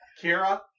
Kira